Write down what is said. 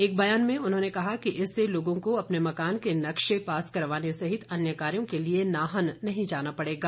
एक बयान में उन्होंने कहा कि इससे लोगों को अपने मकान के नक्शे पास करवाने सहित अन्य कार्यों के लिए नाहन नहीं जाना पड़ेगा